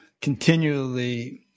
continually